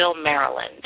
Maryland